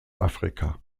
afrika